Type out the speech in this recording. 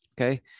okay